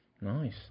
Nice